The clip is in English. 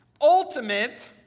ultimate